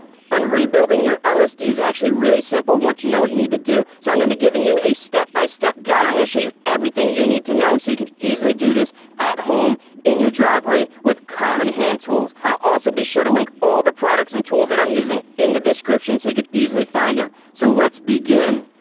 and rebuilding your lsd is actually really simple once you know what you need to do. so i'm going to give you a step-by-step guide, i'm going to show you everything you need to know so you can easily do this at home in your driveway with common hand tools. i'll also be sure to link all the products and tools that i'm using in the description so you can easily find them. so, let's begin!